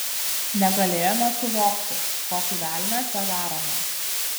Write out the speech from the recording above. negalėjome suvokti kokį velnią čia darome